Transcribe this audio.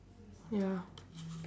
ya